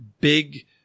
big